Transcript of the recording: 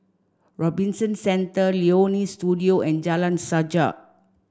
Robinson Centre Leonie Studio and Jalan Sajak